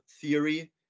theory